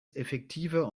effektiver